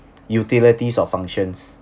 utilities or functions